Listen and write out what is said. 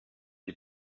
die